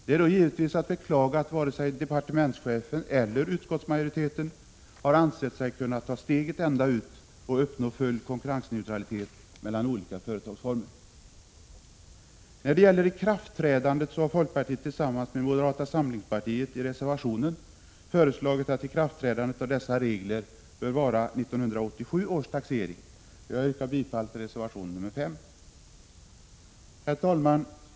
Det är då givetvis att beklaga att varken departementschefen eller utskottsmajoriteten har ansett sig kunna ta steget ända ut för att skapa full konkurrensneutralitet mellan olika företagsformer. När det gäller ikraftträdandet av resultatutjämningsreglerna har folkpartiet tillsammans med moderata samlingspartiet i reservation 5 föreslagit att reglerna bör få tillämpas fr.o.m. 1987 års taxering. Jag yrkar bifall till reservation 5. Herr talman!